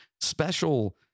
special